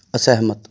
ਅਸਹਿਮਤ